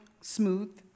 smooth